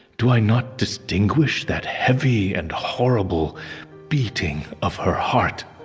do i not distinguish that heavy and horrible beating of her heart.